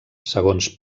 segons